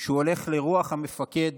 שהוא הולך לרוח המפקד